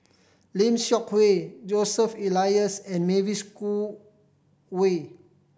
Lim Seok Hui Joseph Elias and Mavis Khoo Oei